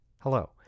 Hello